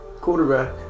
quarterback